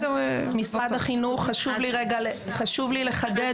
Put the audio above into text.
חשוב לי רגע לחדד.